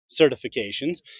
certifications